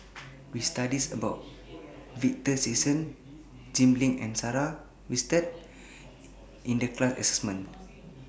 We studied about Victor Sassoon Jim Lim and Sarah Winstedt in The class assignment